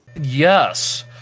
Yes